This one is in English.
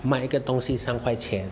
卖一个东西三块钱